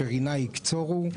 "ברינה יקצורו".